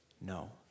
No